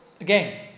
again